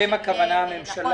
אתם, הכוונה לממשלה.